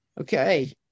okay